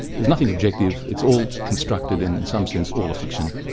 there's nothing objective it's all constructed in some sense, all a fiction,